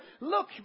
Look